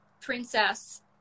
princess